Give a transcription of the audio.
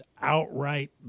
outright